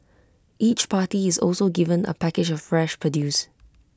each party is also given A package of fresh produce